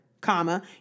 comma